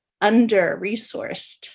under-resourced